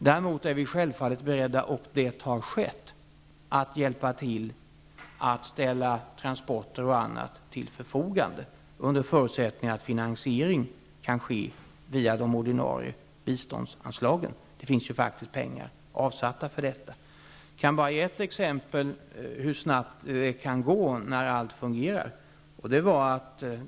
Däremot är vi självfallet beredda -- och det har skett -- att hjälpa till att ställa transporter och annat till förfogande under förutsättning att finansiering kan ske via de ordinarie biståndsanslagen. Det finns ju faktiskt pengar avsatta för detta. Jag kan bara ge ett exempel på hur snabbt det kan gå när allt fungerar.